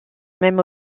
même